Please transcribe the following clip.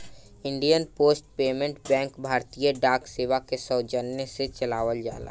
Indian post payment bank भारतीय डाक सेवा के सौजन्य से चलावल जाला